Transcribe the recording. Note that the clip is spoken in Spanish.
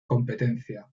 competencia